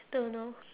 don't know